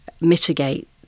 mitigate